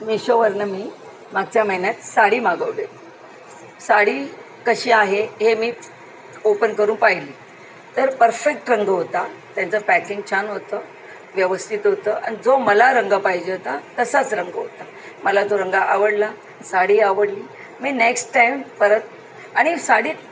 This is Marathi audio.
मिशोवरुन मी मागच्या महिन्यात साडी मागवले साडी कशी आहे हे मीच ओपन करून पाहिली तर परफेक्ट रंग होता त्यांचं पॅकिंग छान होतं व्यवस्थित होतं आणि जो मला रंग पाहिजे होता तसाच रंग होता मला तो रंग आवडला साडी आवडली मी नेक्स्ट टाईम परत आणि साडीत